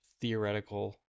theoretical